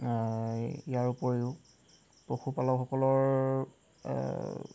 ইয়াৰ উপৰিও পশুপালকসকলৰ